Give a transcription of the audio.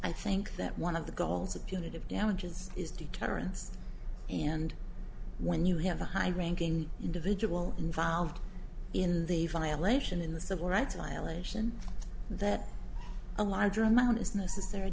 i think that one of the goals of punitive damages is deterrence and when you have a high ranking individual involved in the violation in the civil rights violation that a larger amount is necessary